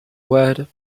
word